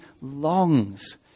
longs